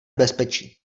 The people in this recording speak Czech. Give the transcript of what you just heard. bezpečí